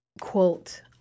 quote